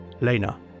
Lena